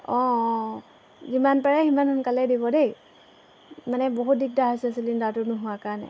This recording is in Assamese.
অঁ অঁ যিমান পাৰে সিমান সোনকালে দিব দেই মানে বহুত দিগদাৰ হৈছে চিলিণ্ডাৰটো নোহোৱাৰ কাৰণে